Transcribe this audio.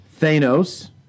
Thanos